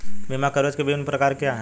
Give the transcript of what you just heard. बीमा कवरेज के विभिन्न प्रकार क्या हैं?